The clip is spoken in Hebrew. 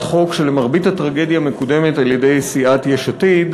חוק שלמרבה הטרגדיה מקודמת על-ידי סיעת יש עתיד,